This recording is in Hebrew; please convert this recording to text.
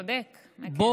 צודק, מקינזי.